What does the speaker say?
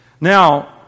Now